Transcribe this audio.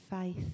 faith